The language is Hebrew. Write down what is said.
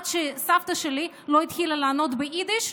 עד שסבתא שלי לא התחילה לענות ביידיש,